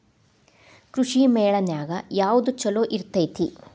ಕೃಷಿಮೇಳ ನ್ಯಾಗ ಯಾವ್ದ ಛಲೋ ಇರ್ತೆತಿ?